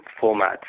format